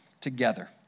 together